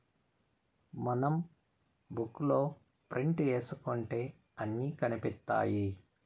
మనం బుక్ లో ప్రింట్ ఏసుకుంటే అన్ని కనిపిత్తాయి